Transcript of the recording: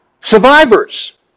Survivors